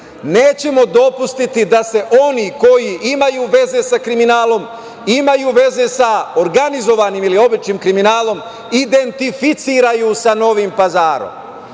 Nećemo dopustiti da se oni koji imaju veze sa kriminalom, imaju veze sa organizovanim ili običnim kriminalom, identifikuju sa Novim Pazarom. Mi